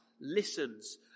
listens